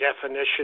definition